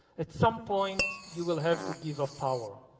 at some point, you will have to give up power